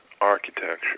Architecture